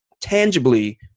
tangibly